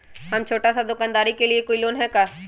हम छोटा सा दुकानदारी के लिए कोई लोन है कि?